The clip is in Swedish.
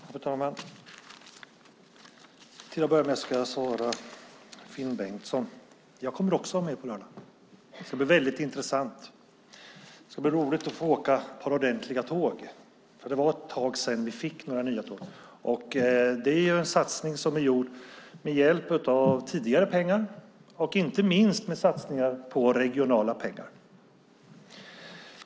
Fru talman! Till att börja med ska jag svara Finn Bengtsson. Jag kommer också att vara med på lördag. Det ska bli väldigt intressant. Det ska bli roligt att få åka med ordentliga tåg, för det var ett tag sedan vi fick några nya tåg. Detta är en satsning som är gjord med hjälp av tidigare pengar, inte minst genom satsningar på regionala pengar.